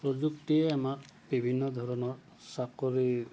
প্ৰযুক্তিয়ে আমাক বিভিন্ন ধৰণৰ চাকৰি